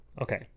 Okay